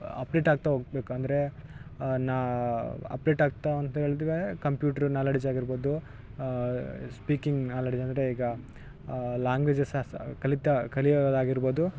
update ಆಗ್ತಾ ಹೋಗ್ಬೇಕು ಅಂದರೆ ನಾ ಅಪ್ಡೇಟ್ ಆಗ್ತಾ ಅಂತೇಳದ್ರೆ ಕಂಪ್ಯೂಟ್ರ್ ನಾಲೆಡ್ಜ್ ಆಗಿರ್ಬೋದು ಸ್ಪೀಕಿಂಗ್ ನಾಲೆಡ್ಜ್ ಅಂದರೆ ಈಗ ಲ್ಯಾಂಗ್ವೇಜಸಸ್ ಕಲಿತ ಕಲಿಯೋದಾಗಿರ್ಬೋದು